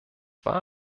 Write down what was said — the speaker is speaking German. war